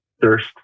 thirst